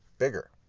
bigger